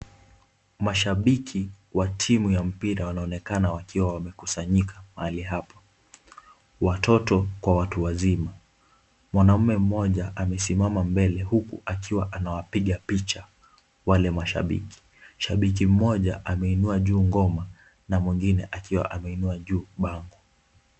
Mashabiki wa timu ya mpira wanaonekana wamekusanyika pahali hapa. Watoto kwa watu wazima. Mwanaume mmoja amesimama mbele huku akiwa anawapiga picha wale mashabiki. Shabiki mmoja ameinua juu ngoma na mwengine akiwa ameinua juu bango.